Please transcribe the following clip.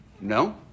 No